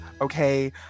okay